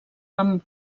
amb